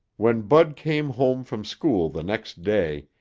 when bud came home from school the next day,